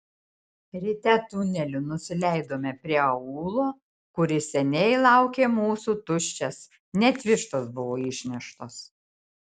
ryte tuneliu nusileidome prie aūlo kuris seniai laukė mūsų tuščias net vištos buvo išneštos